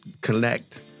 collect